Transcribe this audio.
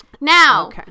Now